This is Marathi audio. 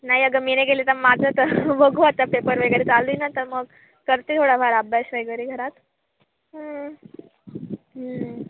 नाही अगं मी नाही गेले तर माझं तर बघू आता पेपर वगैरे चालू आहे ना तर मग करते थोडाफार अभ्यास वगैरे घरात हं हं